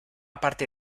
parte